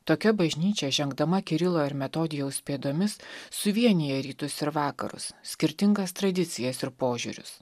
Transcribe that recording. tokia bažnyčia žengdama kirilo ir metodijaus pėdomis suvienija rytus ir vakarus skirtingas tradicijas ir požiūrius